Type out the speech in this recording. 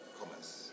commerce